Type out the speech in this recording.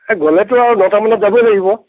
এ গ'লেতো আৰু নটা মানত যাবই লাগিব